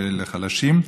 לחלשים,